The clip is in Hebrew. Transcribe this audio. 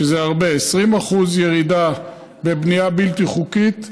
שזה הרבה, 20% ירידה בבנייה בלתי חוקית.